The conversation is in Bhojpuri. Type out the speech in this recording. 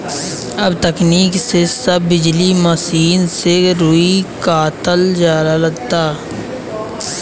अब तकनीक से सब बिजली मसीन से रुई कातल जाता